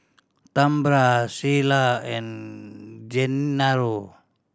Tambra Sheila and Gennaro